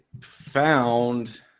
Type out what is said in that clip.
found